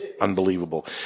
unbelievable